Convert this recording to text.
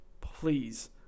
Please